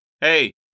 Hey